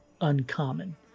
uncommon